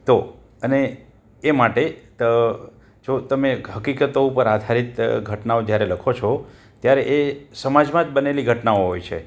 તો અને એ માટે જો તમે હકીકતો ઉપર આધારીત ઘટનાઓ જ્યારે લખો છો ત્યારે એ સમાજમાં જ બનેલી ઘટનાઓ હોય છે